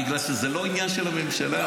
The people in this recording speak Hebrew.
בגלל שזה לא עניין של הממשלה.